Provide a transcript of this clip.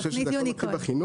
אני חושב שזה הכול מתחיל בחינוך.